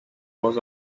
was